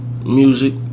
music